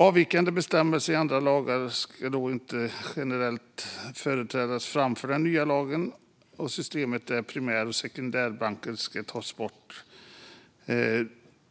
Avvikande bestämmelser i andra lagar får inte generellt företräde framför den nya lagen. Och systemet med primär och sekundärbiobanker ska tas bort.